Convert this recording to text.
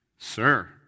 Sir